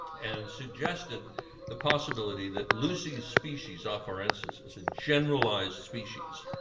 and suggested the possibility that lucy's species, afarensis is a generalized species,